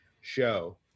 show